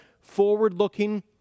forward-looking